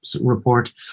report